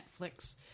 Netflix